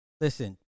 Listen